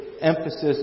emphasis